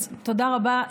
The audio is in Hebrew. אז תודה רבה,